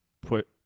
put